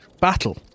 battle